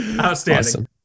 Outstanding